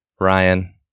Ryan